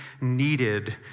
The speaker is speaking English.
needed